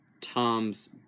Tom's